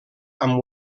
amb